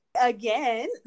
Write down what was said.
again